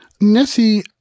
Nessie